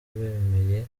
bemeye